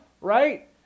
right